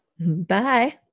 bye